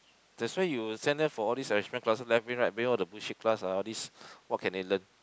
that's why you will send them for all this enrichment class left brain right brain all the bullshit class ah all this what can they learn